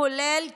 כולל הכיבוש,